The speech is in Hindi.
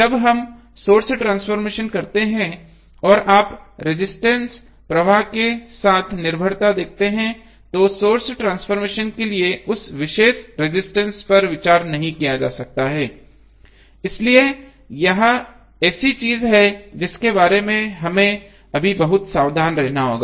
जब हम सोर्स ट्रांसफॉर्मेशन करते हैं और आप रजिस्टेंस प्रवाह के साथ निर्भरता देखते हैं तो सोर्स ट्रांसफॉर्मेशन के लिए उस विशेष रजिस्टेंस पर विचार नहीं किया जा सकता है इसलिए यह ऐसी चीज है जिसके बारे में हमें अभी बहुत सावधान रहना होगा